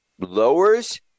lowers